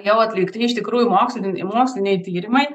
jau atlikti iš tikrųjų moksliniai moksliniai tyrimai